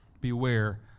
beware